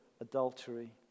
adultery